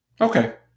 Okay